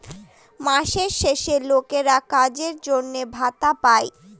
মাসের শেষে লোকেরা কাজের জন্য ভাতা পাই